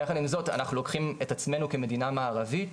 יחד עם זאת אנחנו לוקחים את עצמנו כמדינה מערבית,